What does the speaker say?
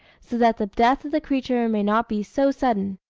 so that the death of the creature may not be so sudden.